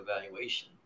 evaluation